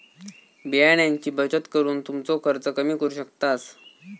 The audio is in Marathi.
बियाण्यांची बचत करून तुमचो खर्च कमी करू शकतास